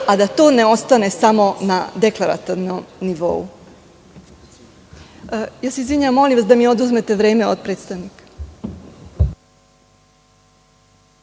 a da to ne ostane samo na deklarativnom nivou. Molim vas, da mi oduzmete vreme od predstavnika.